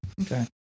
Okay